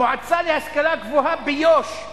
המועצה להשכלה גבוהה ביו"ש,